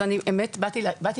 אז האמת היא שאני באתי לשמוע,